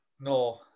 No